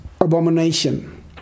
abomination